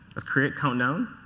let's create countdown.